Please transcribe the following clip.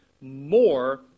more